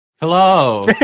Hello